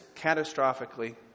catastrophically